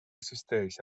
existeix